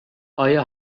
آیا